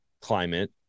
climate